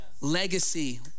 Legacy